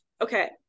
okay